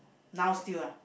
now still ah